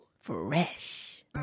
Fresh